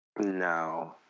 No